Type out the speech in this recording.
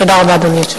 תודה רבה, אדוני.